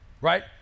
right